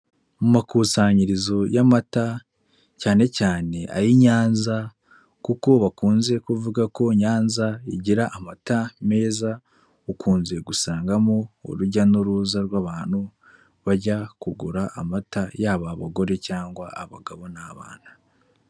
Mu makusanyirizo y'amata cyane cyane ay'i Nyanza kuko bakunze kuvuga ko Nyanza igira amata meza, ukunze gusangamo urujya n'uruza rw'abantu bajya kugura amata, yaba abagore cyangwa abagabo n'abana.